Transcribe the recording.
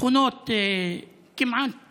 כמעט